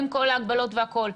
עם כל ההגבלות והכול.